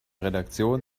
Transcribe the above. redaktion